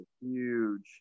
huge